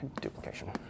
duplication